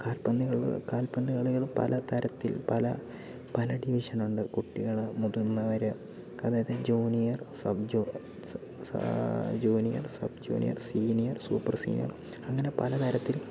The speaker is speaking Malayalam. കാൽപ്പന്ത് കളി കാൽപ്പന്ത് കളികൾ പല തരത്തിൽ പല പല ഡിവിഷനുണ്ട് കുട്ടികള് മുതിർന്നവര് അതായത് ജൂനിയർ സബ് ജു സാ സാ junior sub junior senior super senior അങ്ങനെ പല തരത്തിൽ